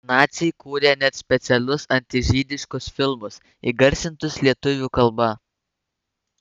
naciai kūrė net specialus antižydiškus filmus įgarsintus lietuvių kalba